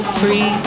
free